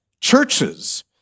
churches